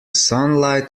sunlight